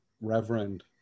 Reverend